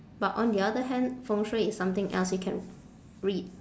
but on the other hand 风水 is something else you can read